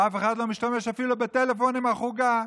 ואף אחד לא משתמש אפילו בטלפון עם החוגה,